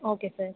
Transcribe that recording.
okay sir